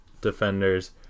defenders